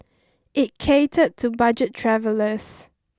it catered to budget travellers